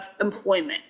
employment